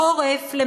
בחורף,